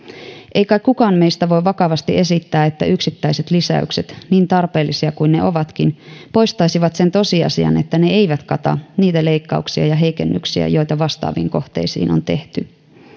kai kukaan meistä voi vakavasti esittää että yksittäiset lisäykset niin tarpeellisia kuin ne ovatkin poistaisivat sen tosiasian että ne eivät kata niitä leikkauksia ja heikennyksiä joita vastaaviin kohteisiin on tehty